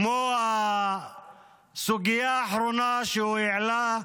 כמו הסוגיה האחרונה שהוא העלה,